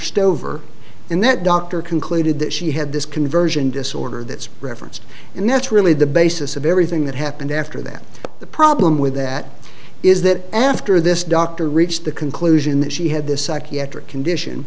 doctor concluded that she had this conversion disorder that's referenced and that's really the basis of everything that happened after that the problem with that is that after this doctor reached the conclusion that she had this psychiatric condition